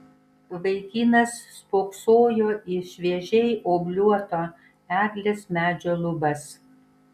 vaikinas spoksojo į šviežiai obliuoto eglės medžio lubas